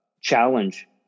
challenge